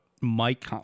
Mike